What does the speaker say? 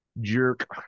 jerk